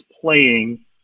playing